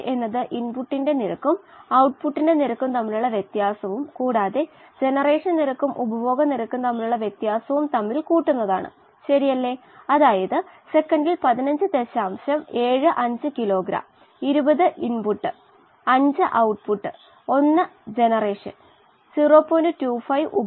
അതിനാൽ ഹെൻറിയുടെ നിയമത്തിൽ p hx ൽ നിന്ന് p എന്നത് വായുവിന്റെ ഘട്ടത്തിൽ ഓക്സിജന്റെ പാർഷ്യൽ പ്രഷർ ആണ് x ദ്രാവകഘട്ടത്തിൻറെ ഗാഢത അല്ലെങ്കിൽ ദ്രാവകഘട്ടത്തിലെ മോൾ ഫ്രാക്ഷൻ h ഹെൻറിയുടെ നിയമ സ്ഥിരാങ്കംഇത് ഒരു രേഖീയ ബന്ധമാണ്